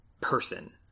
person